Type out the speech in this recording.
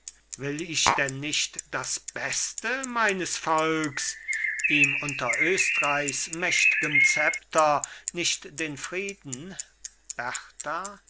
will ich denn nicht das beste meines volks ihm unter östreichs mächt'gem zepter nicht den frieden